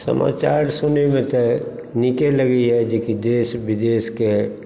समाचार सुनैमे तऽ नीके लगैया जे कि देश विदेशके